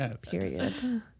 Period